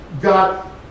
got